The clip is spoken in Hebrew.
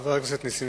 חבר הכנסת נסים